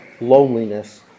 loneliness